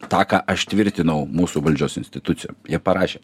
ta ką aš tvirtinau mūsų valdžios institucijom jie parašė